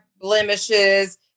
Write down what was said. blemishes